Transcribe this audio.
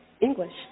English